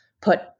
put